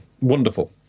wonderful